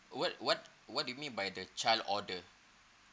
what what what do you mean by the child order